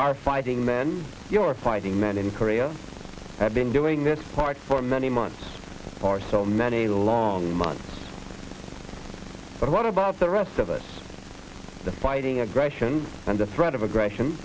our fighting men you are fighting men in korea have been doing this part for many months for so many long months but what about the rest of us the fighting aggression and the threat of aggression